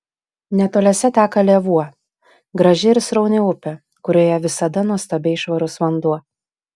netoliese teka lėvuo graži ir srauni upė kurioje visada nuostabiai švarus vanduo